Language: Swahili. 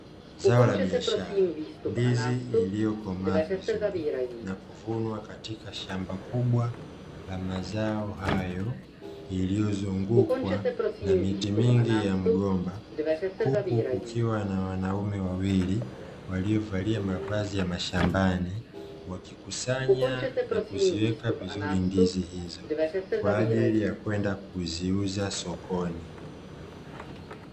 Zao la biashara ndizi iliyokomaa vizuri na kuvunwa katika shamba kubwa la mazao hayo iliyozungukwa na miti mingi ya mgomba, huku kukiwa na wanaume wawili waliovalia mavazi ya mashambani wakikusanya na kuziweka vizuri ndizi hizo kwa ajili ya kwenda kuziuza sokoni.